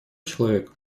человек